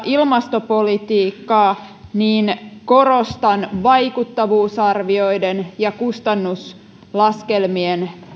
ilmastopolitiikkaa korostan vaikuttavuusarvioiden ja kustannuslaskelmien